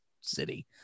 city